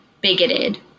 bigoted